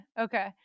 okay